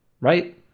Right